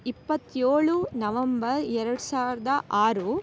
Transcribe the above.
ಇಪ್ಪತ್ತೇಳು ನವೆಂಬರ್ ಎರಡು ಸಾವಿರದ ಆರು